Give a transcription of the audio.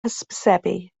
hysbysebu